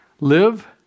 Live